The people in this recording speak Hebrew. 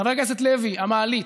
חבר הכנסת לוי, המעלית.